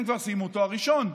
והם כבר סיימו תואר ראשון.